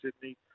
Sydney